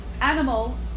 animal